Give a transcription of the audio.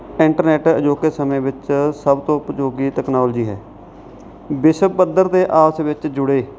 internet ਅਜੋਕੇ ਸਮੇਂ ਵਿੱਚ ਸਭ ਤੋਂ ਉਪਯੋਗੀ ਤਕਨੋਲਜੀ ਹੈ ਵਿਸ਼ਵ ਪੱਧਰ ਦੇ ਆਪਸ ਵਿੱਚ ਜੁੜੇ